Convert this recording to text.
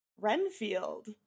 renfield